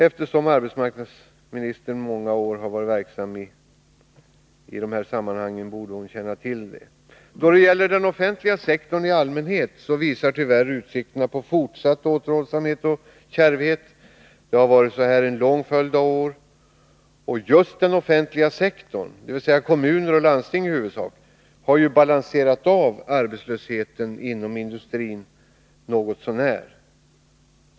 Eftersom arbetsmarknadsministern i många år varit verksam i dessa sammanhang borde hon känna till det. Då det gäller den offentliga sektorn i allmänhet visar tyvärr utsikterna på fortsatt återhållsamhet och kärvhet. Det har varit så en lång följd av år, att just den offentliga sektorn — dvs. i huvudsak kommuner och landsting — har ”balanserat av” arbetslösheten inom industrin något så när.